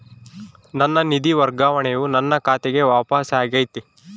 ನನ್ನ ನಿಧಿ ವರ್ಗಾವಣೆಯು ನನ್ನ ಖಾತೆಗೆ ವಾಪಸ್ ಆಗೈತಿ